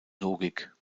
logik